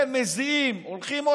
מזיעים, הולכים.